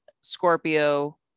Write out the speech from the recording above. Scorpio